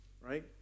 right